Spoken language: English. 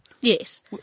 Yes